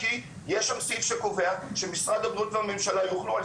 כי יש שם סעיף שקובע שמשרד הבריאות והממשלה יוכלו על